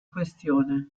questione